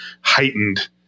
heightened